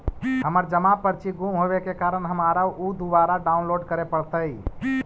हमर जमा पर्ची गुम होवे के कारण हमारा ऊ दुबारा डाउनलोड करे पड़तई